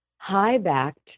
high-backed